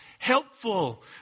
Helpful